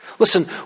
Listen